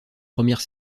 première